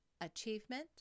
achievement